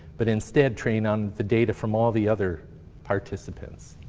but instead train on the data from all the other participants.